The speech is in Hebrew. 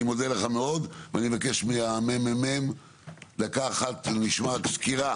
אני מודה לך מאוד ואני מבקש מהמ.מ.מ דקה אחת נשמע סקירה